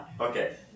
Okay